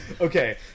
Okay